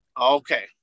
Okay